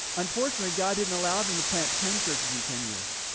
unfortunately, god didn't allow them to plant ten churches in ten years.